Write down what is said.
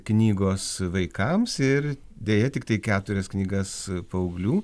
knygos vaikams ir deja tiktai keturias knygas paauglių